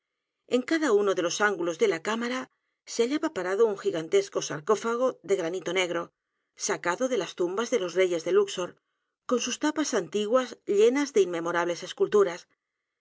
n cada uno de los ángulos de la cámara se hallaba parado un gigantesco f igeia sarcófago de granito n e g r o sacado de las t u m b a s de los reyes de luxor con sus t a p a s antiguas llenas de inmemorables esculturas